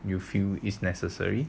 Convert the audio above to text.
you feel is necessary